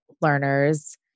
learners